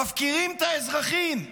מפקירה את האזרחים,